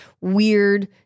weird